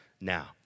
now